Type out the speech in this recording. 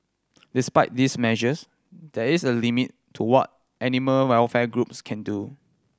despite these measures there is a limit to what animal welfare groups can do